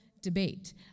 Debate